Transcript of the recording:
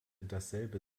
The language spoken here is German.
dasselbe